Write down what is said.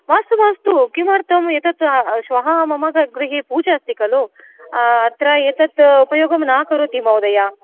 मास्तु मास्तु किमर्थम् एतद् श्वः मम गृहे पूजा अस्ति खलु अत्र एतद् उपयोगं न करोति महोदय